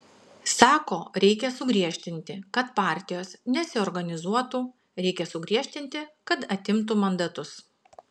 sako reikia sugriežtinti kad partijos nesiorganizuotų reikia sugriežtinti kad atimtų mandatus